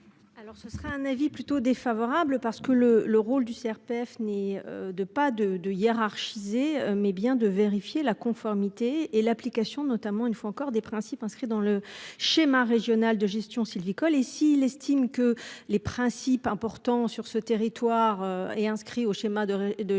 Alors ce sera un avis plutôt défavorable, parce que le le rôle du CRPF ni de pas de 2 hiérarchiser mais bien de vérifier la conformité et l'application notamment une fois encore des principes inscrits dans le schéma régional de gestion sylvicole et s'il estime que les principes hein. Tant sur ce territoire et inscrit au schéma d'de